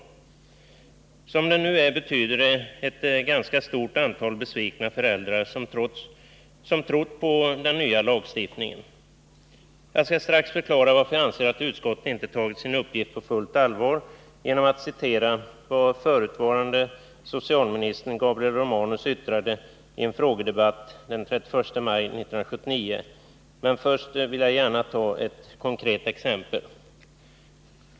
Som läget nu är betyder det att ett ganska stort antal föräldrar som trott på den nya lagstiftningen är besvikna. Jag skall strax förklara varför jag anser att utskottet inte tagit sin uppgift på fullt allvar, genom att citera vad förutvarande socialministern Gabriel Romanus yttrade i en frågedebatt den 31 maj 1979. Men först vill jag gärna ta ett konkret exempel.